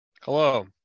Hello